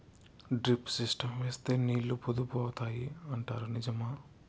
Drip system వేస్తే నీళ్లు పొదుపు అవుతాయి అంటారు నిజమా?